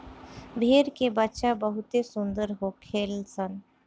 भेड़ के बच्चा बहुते सुंदर होखेल सन